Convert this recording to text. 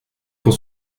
pour